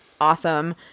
Awesome